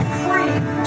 free